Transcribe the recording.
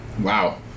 Wow